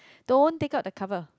don't take out the cover